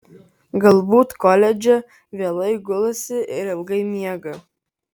galbūt koledže vėlai gulasi ir ilgai miega